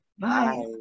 Bye